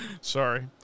Sorry